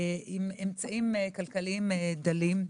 עם אמצעים כלכליים דלים,